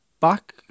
back